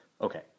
Okay